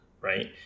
right